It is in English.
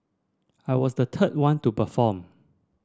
I was the third one to perform